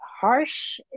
Harsh